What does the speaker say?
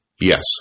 Yes